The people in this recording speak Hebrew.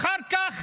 אחר כך